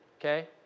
okay